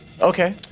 Okay